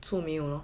没没有 lor